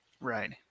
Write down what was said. Right